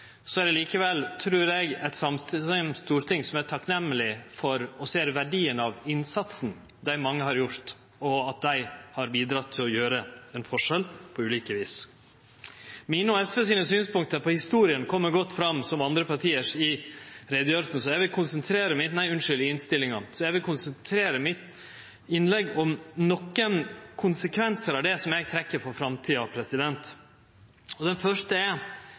likevel at det er eit samstemt storting som er takknemleg for og ser verdien av innsatsen som dei mange har gjort, og at dei har bidrege til å gjere ein forskjell på ulike vis. Mine og SVs synspunkt på historia kjem godt fram – som andre parti sine – i innstillinga, så eg vil konsentrere mitt innlegg om nokre konsekvensar av det, som eg trekkjer for framtida. Det første er edruelegheit og forsiktigheit når vi vedtek å delta i krig eller i militære operasjonar. Etter mitt syn er